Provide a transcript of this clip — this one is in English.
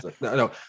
No